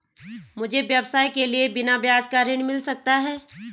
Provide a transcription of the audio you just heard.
मुझे व्यवसाय के लिए बिना ब्याज का ऋण मिल सकता है?